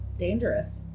Dangerous